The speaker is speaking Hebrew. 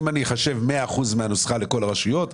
אם אני אחשב מאה אחוזים מהנוסחה לכל הרשויות,